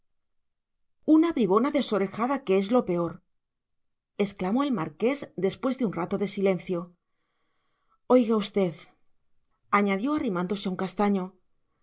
una bribona desorejada que es lo peor exclamó el marqués después de un rato de silencio oiga usted añadió arrimándose a un castaño